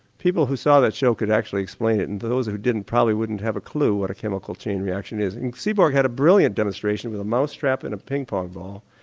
people who saw that show could actually explain it, and those who didn't probably wouldn't have a clue what a chemical chain reaction is. and seaborg had a brilliant demonstration of a mousetrap and a ping pong ball.